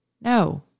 No